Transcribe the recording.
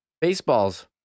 baseball's